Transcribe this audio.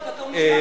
פינושה,